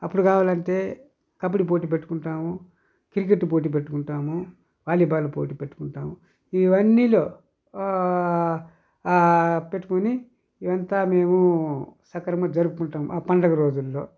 అప్పుడు కావాలంటే కబడి పోటీ పెట్టుకుంటాము క్రికెట్ పోటీ పెట్టుకుంటాము వాలీబాల్ పోటీ పెట్టుకుంటాము ఇవన్నీలో పెట్టుకొని ఇదంతా మేము సక్రమంగా జరుపుకుంటాము ఆ పండుగ రోజుల్లో